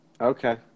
Okay